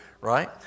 right